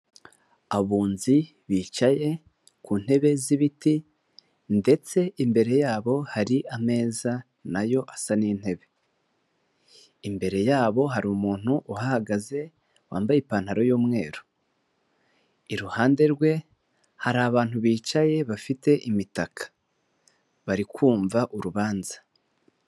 Abunzi bicaye ku ntebe z'ibiti ndetse imbere yabo hari ameza nayo asa n'intebe imbere yabo hari umuntu uhagaze wambaye ipantaro y'umweru iruhande rwe hari abantu bicaye bafite imitaka barikumva urubanza.